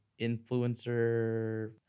influencer